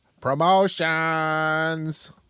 Promotions